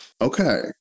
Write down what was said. Okay